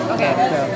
Okay